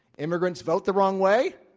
immigrants vote the wrong way,